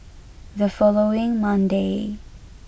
the following Monday